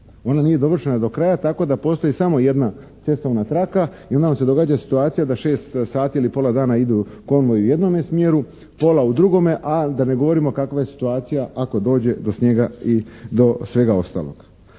ona nije dovršena do kraja, tako da postoji samo jedna cestovna traka i onda nam se događa situacija da šest sati ili pola dana idu konvoji u jednome smjeru, pola u drugome a da ne govorimo kakva je situacija ako dođe do snijega i svega ostaloga.